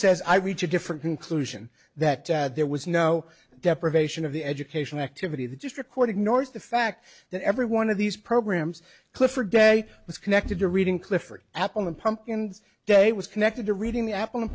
says i reach a different conclusion that there was no deprivation of the education activity that just recorded north the fact that every one of these programs clifford day was connected to reading clifford appleman pumpkins day was connected to reading the apple